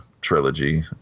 trilogy